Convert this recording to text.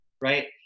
right